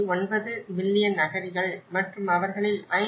9 million அகதிகள் மற்றும் அவர்களில் 5